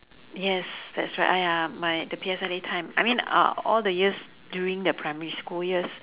yes that's right !aiya! my the P_S_L_E time I mean uh all the years during the primary school years